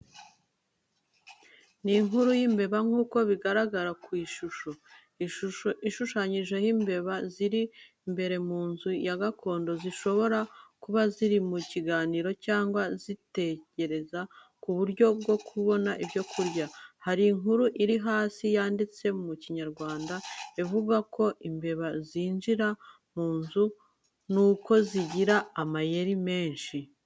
Ni inkuru y’imbeba nk’uko bigaragara ku ishusho. Ishushanyijeho imbeba ziri imbere mu nzu ya gakondo, zishobora kuba ziri mu kiganiro cyangwa zitekereza ku buryo bwo kubona ibyo kurya. Hari n’inkuru iri hasi yanditse mu kinyarwanda ivuga uko imbeba zinjira mu nzu n’uko zigira amayeri menshi.